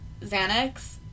Xanax